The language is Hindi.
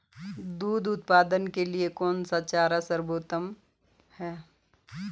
दूध उत्पादन के लिए कौन सा चारा सर्वोत्तम है?